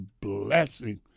blessing